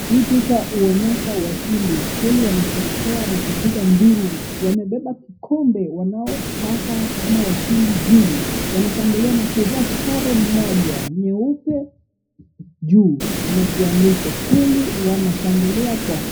Hii picha huonyesha washindi, kweli wanasherekea kwa kupiga nduru. Wamebeba kikombe wanaopata kama washindi juu. Wanashangilia na kuvaa sare moja nyeupe juu na kuandikwa. Kundi wanashangilia kwa furaha.